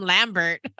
Lambert